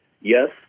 yes